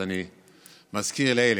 אז אני מזכיר את אלה.